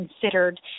considered